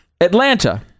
Atlanta